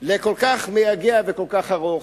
לכל כך מייגע וכל כך ארוך.